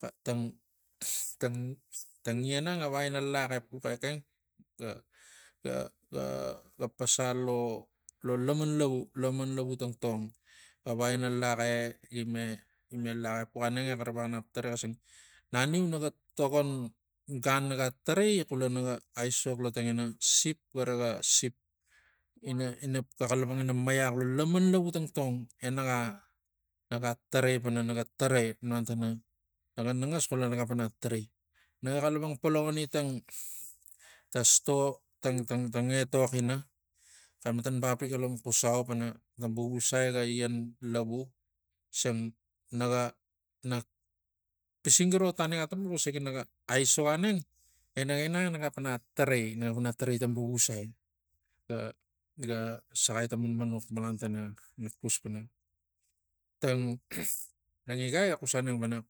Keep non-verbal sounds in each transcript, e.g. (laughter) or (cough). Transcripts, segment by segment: Xak tang tang lan ang ga vakaina lax epux ekeng ga- ga- ga ga pasal lo laman lavu laman lavu tangtang ga vakaina lax e gime gime lax epux aneng e xara vex- vexa nap ina tarai xisang naniu naga togongan naga tarai xula naga aisok lo tangina sip gara ga sip ina- ina ga xalapang maiax lo laman lavu tangtong e naga naga tarai pana naga tarai malan tana naga nangas xula naga tarai. Na ga xalapang pologani tang ta sto tang tang etok ina xematan bap rik xalapang xusau pana ta vuvusai ga lan labu xisang naga nak pising giro tanik atapux usigi naga aisok aneng e naga inang enaga tarai na pana tarai ta vuvusai ga- ga saxai tang mananux malan tana nak kus pana tang (noise) tang igai ga xus aneng pana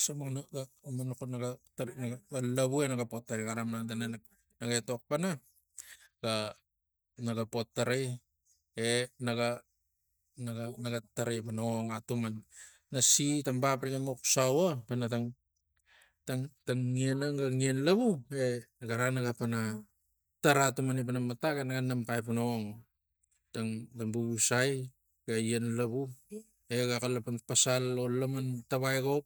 sombuxan na a- a- a- a manmanux ne ga a lavu e naga potarai gara malan tana nak etok pana ga naga po tarai e naga naga naga tarai pana ong? Atuman nasi tang bap riga moxusau o pana tang tang tang ian ang ga lan lavu e gara naga pana tarai tumani pana matak e naga namxai pana ong tang tang vuvusai ga ian lavu ega xalapang pasal lo laman tavagop